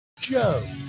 Joe